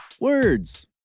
Words